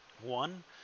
one